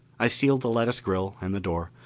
i sealed the lattice grill and the door,